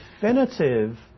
definitive